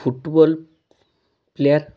football player